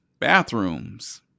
bathrooms